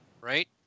right